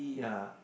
ya